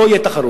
לא תהיה תחרות.